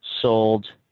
sold